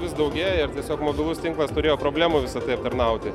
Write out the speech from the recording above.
vis daugėja ir tiesiog mobilus tinklas turėjo problemų visa tai aptarnauti